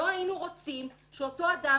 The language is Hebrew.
לא היינו רוצים שאותו אדם